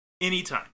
anytime